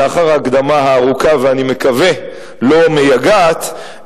לאחר ההקדמה הארוכה, ואני מקווה לא מייגעת,